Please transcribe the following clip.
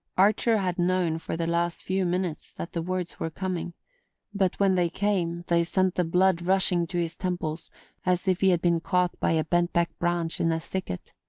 archer had known for the last few minutes that the words were coming but when they came they sent the blood rushing to his temples as if he had been caught by a bent-back branch in a thicket.